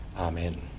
Amen